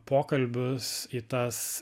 pokalbius į tas